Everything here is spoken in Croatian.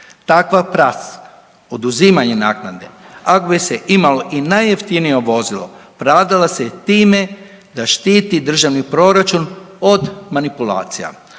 čuje./... oduzimanje naknade, ako bi se imalo i najjeftinije vozilo, pravdala se time da štiti državni proračun od manipulacija.